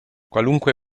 qualunque